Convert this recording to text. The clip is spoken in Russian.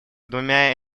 двумя